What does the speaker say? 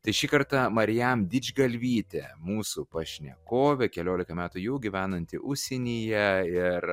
tai šį kartą marijam didžgalvytė mūsų pašnekovė kelioliką metų jau gyvenanti užsienyje ir